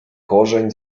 korzeń